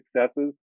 successes